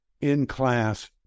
in-class